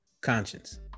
conscience